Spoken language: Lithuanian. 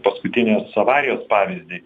paskutinės avarijos pavyzdį